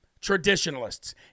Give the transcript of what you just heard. traditionalists